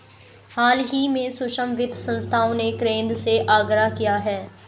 हाल ही में सूक्ष्म वित्त संस्थाओं ने केंद्र से आग्रह किया है